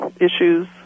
issues